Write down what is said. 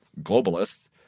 globalists